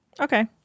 Okay